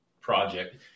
project